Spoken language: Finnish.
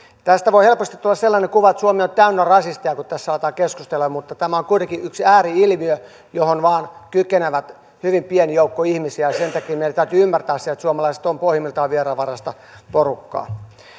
tästä voi helposti tulla sellainen kuva että suomi on täynnä rasisteja kun tässä aletaan keskustella mutta tämä on kuitenkin yksi ääri ilmiö johon kykenee vain hyvin pieni joukko ihmisiä ja sen takia meidän täytyy ymmärtää se että suomalaiset ovat pohjimmiltaan vieraanvaraista porukkaa